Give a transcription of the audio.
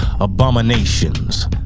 abominations